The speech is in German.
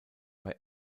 bei